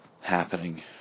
happening